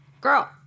Girl